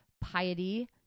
piety